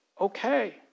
okay